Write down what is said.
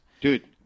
Dude